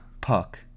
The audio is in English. puck